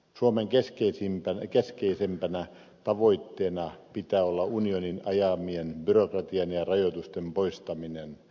suomen keskeisimpänä tavoitteena pitää olla unionin ajamien byrokratian ja rajoitusten poistamisen